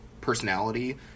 personality